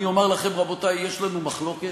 אני אומר לכם: רבותי, יש לנו מחלוקת,